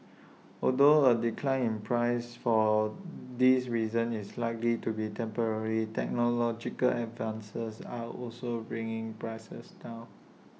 although A decline in prices for these reasons is likely to be temporary technological advances are also bringing prices down